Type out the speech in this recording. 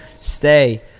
Stay